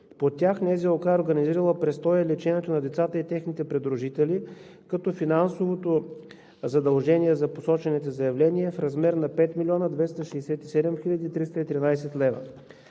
По тях НЗОК е организирала престоя и лечението на децата и техните придружители, като финансовото задължение по посочените заявления е в размер на 5 млн. 267 хил. 313 лв.